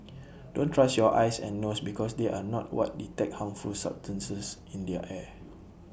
don't trust your eyes and nose because they are not what detect harmful substances in the air